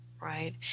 right